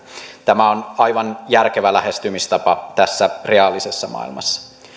tämä on aivan järkevä lähestymistapa tässä reaalisessa maailmassa